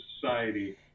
society